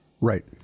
Right